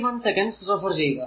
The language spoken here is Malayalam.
1 നോക്കുക